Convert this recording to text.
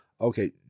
Okay